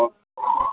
অ